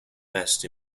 best